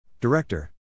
Director